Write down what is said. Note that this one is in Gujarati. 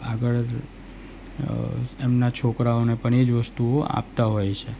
આગળ એમના છોકરાઓને પણ એ જ વસ્તુઓ આપતા હોય છે